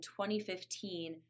2015